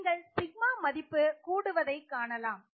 நீங்கள் σ மதிப்பு கூடுவதைக் காணலாம்